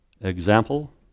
example